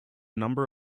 number